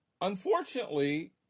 unfortunately